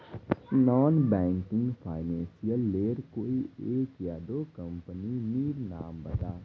Non banking financial लेर कोई एक या दो कंपनी नीर नाम बता?